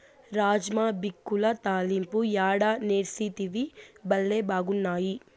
రాజ్మా బిక్యుల తాలింపు యాడ నేర్సితివి, బళ్లే బాగున్నాయి